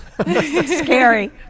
Scary